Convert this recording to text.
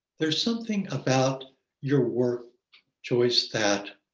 there's something about your word choice that